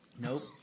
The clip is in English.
Nope